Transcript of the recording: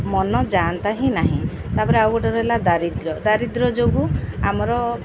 ମନ ଯାଆନ୍ତା ହିଁ ନାହିଁ ତା'ପରେ ଆଉ ଗୋଟେ ରହିଲା ଦାରିଦ୍ର୍ୟ ଦାରିଦ୍ର୍ୟ ଯୋଗୁଁ ଆମର